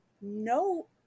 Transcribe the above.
no